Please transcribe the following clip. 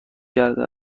کرده